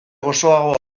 gozoagoa